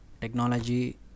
technology